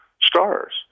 stars